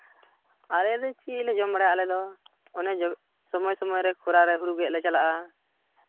ᱟᱞᱮ ᱞᱮ ᱪᱮᱫ ᱞᱮ ᱡᱚᱢ ᱵᱟᱲᱟᱭᱟ ᱟᱞᱮ ᱫᱚ ᱚᱱᱮ ᱥᱚᱢᱚᱭ ᱥᱚᱢᱚᱭ ᱨᱮ ᱠᱷᱚᱨᱟ ᱨᱮ ᱦᱩᱲᱩ ᱜᱮᱫ ᱞᱮ ᱪᱟᱞᱟᱜᱼᱟ